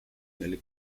nelle